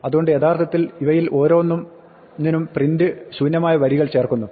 അതുകൊണ്ട് യഥാർത്ഥത്തിൽ ഇവയിൽ ഓരോന്നിനും പ്രിന്റ് ശൂന്യമായ വരികൾ ചേർക്കുന്നു